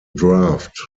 draft